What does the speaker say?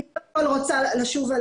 אני רוצה לשוב,